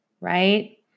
right